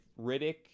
Riddick